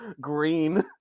green